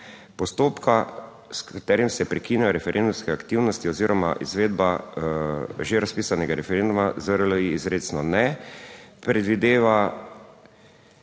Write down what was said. Postopka, s katerim se prekinejo referendumske aktivnosti oziroma izvedba že razpisanega referenduma, ZRLI izrecno ne predvideva,